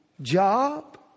job